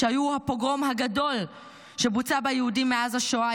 שהיו הפוגרום הגדול שבוצע ביהודים מאז השואה,